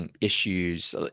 issues